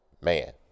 Man